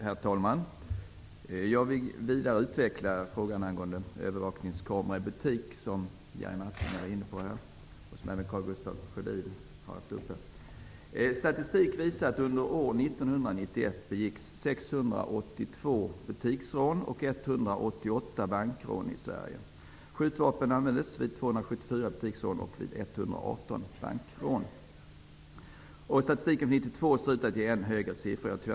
Herr talman! Jag vill vidareutveckla frågan om övervakningskamera i butik, en fråga som Jerry Martinger var inne på och som även Karl Gustaf Statistiken för 1992 ser ut att visa på ännu högre siffror. Tyvärr har jag inte fått fram de siffrorna.